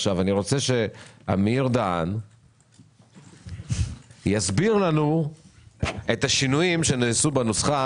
אני רוצה שאמיר דהן יסביר לנו את השינויים שנעשו בנוסחה